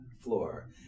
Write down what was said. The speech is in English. floor